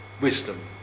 wisdom